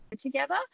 together